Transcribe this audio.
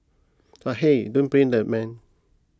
but hey don't blame the man